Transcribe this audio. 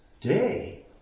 Day